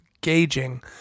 gauging